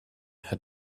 had